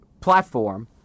platform